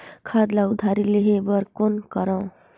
खाद ल उधारी लेहे बर कौन करव?